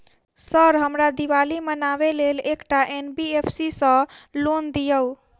Sir हमरा दिवाली मनावे लेल एकटा एन.बी.एफ.सी सऽ लोन दिअउ?